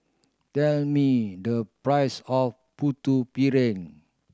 tell me the price of Putu Piring